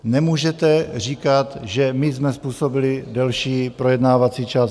Nemůžete říkat, že my jsme způsobili delší projednávací čas.